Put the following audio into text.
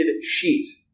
sheet